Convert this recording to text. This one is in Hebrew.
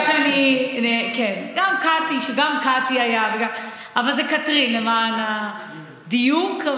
גם קטי היה, אבל זה קטרין, למען הדיוק.